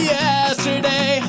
yesterday